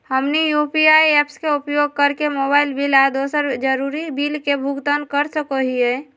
हमनी UPI apps के उपयोग करके मोबाइल बिल आ दूसर जरुरी बिल के भुगतान कर सको हीयई